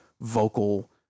vocal